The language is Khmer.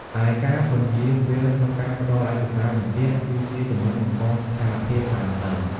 ឯការពន្យាពេលក្នុងការផ្តល់ឯកសារបញ្ចាក់ គឺជាចំណុចបង្កស្ថានភាពតានតឹង។